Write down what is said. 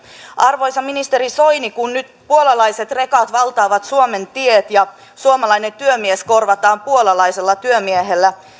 arvoisa ministeri soini kun nyt puolalaiset rekat valtaavat suomen tiet ja suomalainen työmies korvataan puolalaisella työmiehellä